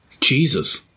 Jesus